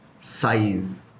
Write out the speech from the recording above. size